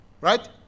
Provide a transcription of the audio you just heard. Right